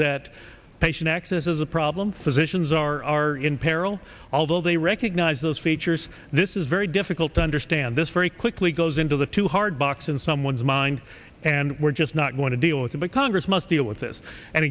that patient access is a problem physicians are in peril although they recognize those feet there's this is very difficult to understand this very quickly goes into the too hard box in someone's mind and we're just not going to deal with it but congress must deal with this an